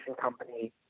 company